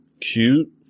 cute